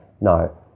No